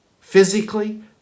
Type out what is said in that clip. physically